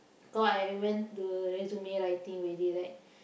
cause I went resume writing already right